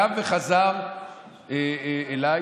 הוא קם וחזר אליי,